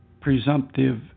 presumptive